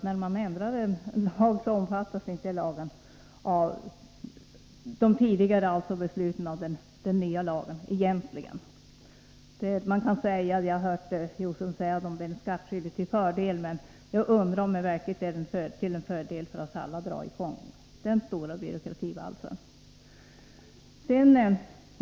När man ändrar en lag omfattas egentligen inte de tidigare besluten av den nya lagen. Jag har hört Stig Josefson säga att det kan vara den skattskyldige till fördel. Men jag undrar om det verkligen är till fördel för oss alla att dra i gång den stora byråkrativalsen.